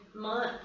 month